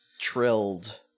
trilled